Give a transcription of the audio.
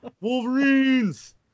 wolverines